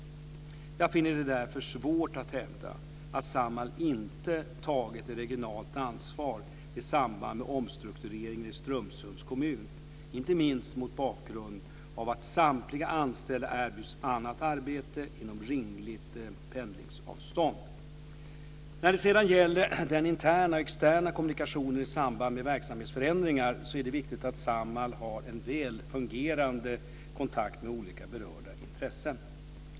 Jag finner det därför svårt att hävda att Samhall inte tagit ett regionalt ansvar i samband med omstruktureringen i Strömsunds kommun, inte minst mot bakgrund av att samtliga anställda erbjuds annat arbete inom rimligt pendlingsavstånd. När det sedan gäller den interna och externa kommunikationen i samband med verksamhetsförändringar så är det viktigt att Samhall har en väl fungerande kontakt med olika berörda intressenter.